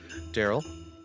Daryl